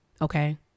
Okay